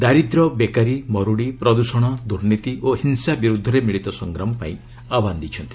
ଦାରିଦ୍ର୍ୟ ବେକାରୀ ମରୁଡ଼ି ପ୍ରଦୂଷଣ ଦୁର୍ନୀତି ଓ ହିଂସା ବିରୁଦ୍ଧରେ ମିଳିତ ସଂଗ୍ରାମ ପାଇଁ ଆହ୍ୱାନ ଦେଇଛନ୍ତି